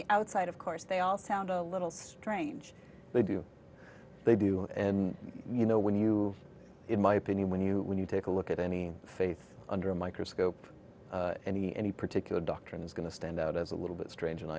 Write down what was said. the outside of course they all sound a little strange they do they do you know when you in my opinion when you when you take a look at any faith under a microscope any any particular doctrine is going to stand out as a little bit strange in